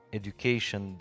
education